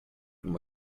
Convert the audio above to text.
uma